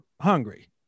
hungry